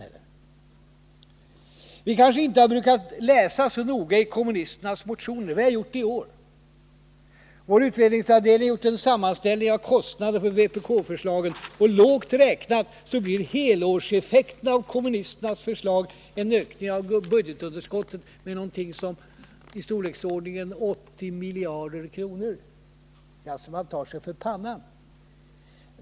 Vi socialdemokrater kanske inte alltid läst kommunisternas motioner så noga, men i år har vi gjort det. Vår utredningsavdelning har gjort en sammanställning när det gäller kostnaderna för vpk-förslagen. Lågt räknat innebär helårseffekten av kommunisternas förslag en ökning av budgetun derskottet i storleksordningen 80 miljarder kronor. Det är så man kan ta sig för pannan!